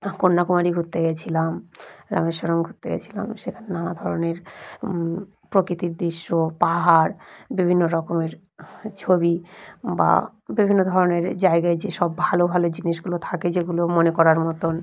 কন্যাকুমারী ঘুরতে গিয়েছিলাম রামেশ্বরম ঘুরতে গিয়েছিলাম সেখানে নানা ধরনের প্রকৃতির দৃশ্য পাহাড় বিভিন্ন রকমের ছবি বা বিভিন্ন ধরনের জায়গায় যেসব ভালো ভালো জিনিসগুলো থাকে যেগুলো মনে করার মতন